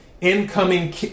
Incoming